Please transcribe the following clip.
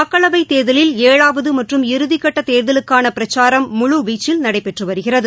மக்களவைத் தேர்தலில் ஏழாவது மற்றும் இறுதிக்கட்டத் தேர்தலுக்கான பிரச்சாரம் முழுவீச்சில் நடைபெற்று வருகிறது